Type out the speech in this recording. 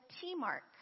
T-mark